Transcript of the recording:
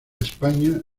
españa